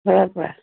ঘৰৰ পৰা